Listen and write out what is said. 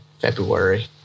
february